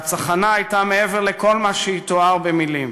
והצחנה הייתה מעבר לכל מה שיתואר במילים.